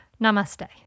Namaste